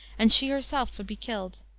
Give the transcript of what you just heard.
and she herself would be killed.